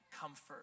comfort